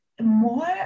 more